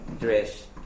dress